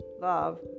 love